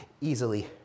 easily